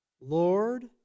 Lord